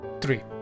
Three